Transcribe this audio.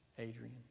Adrian